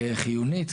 כחיוניות,